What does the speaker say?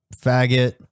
faggot